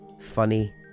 funny